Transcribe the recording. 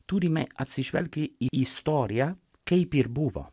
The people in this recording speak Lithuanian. turime atsižvelgti į istoriją kaip ir buvo